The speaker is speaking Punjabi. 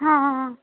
ਹਾਂ